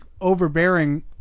overbearing